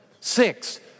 Six